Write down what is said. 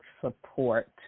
support